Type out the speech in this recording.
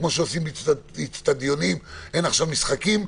כפי שעושים אצטדיונים אין עכשיו משחקים.